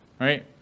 right